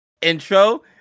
intro